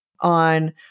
on